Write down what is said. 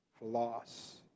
loss